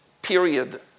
period